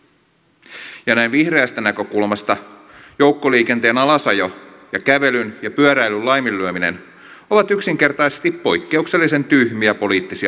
näin vihreästä näkökulmasta joukkoliikenteen alasajo ja kävelyn ja pyöräilyn laiminlyöminen ovat yksinkertaisesti poikkeuksellisen tyhmiä poliittisia valintoja